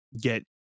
get